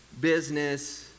business